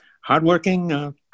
hardworking